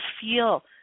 feel